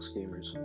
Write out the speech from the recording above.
Gamers